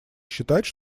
считать